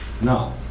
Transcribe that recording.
no